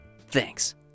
Thanks